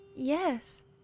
Yes